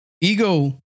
Ego